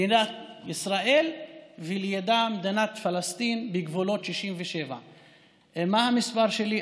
מדינת ישראל ולידה מדינת פלסטין בגבולות 67'. ומה המספר שלי,